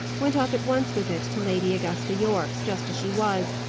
went off at once with it to lady augusta yorke's, just as she was,